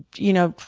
you know,